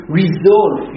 resolve